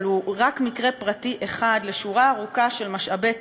אבל הוא רק מקרה פרטי אחד בשורה ארוכה של משאבי